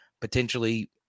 potentially